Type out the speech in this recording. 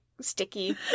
sticky